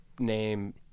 name